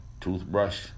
toothbrush